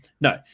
No